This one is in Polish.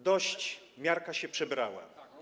Dość, miarka się przebrała.